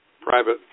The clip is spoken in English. Private